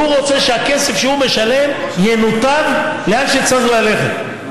והוא רוצה שהכסף שהוא משלם ינותב לאן שצריך ללכת.